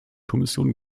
kommission